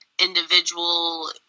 individual